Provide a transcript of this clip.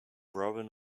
warren